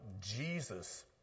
Jesus